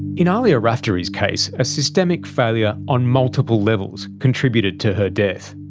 in ahlia raftery's case, a systemic failure on multiple levels contributed to her death.